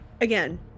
again